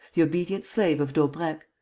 the obedient slave of daubrecq,